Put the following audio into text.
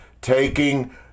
Taking